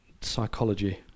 psychology